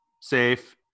safe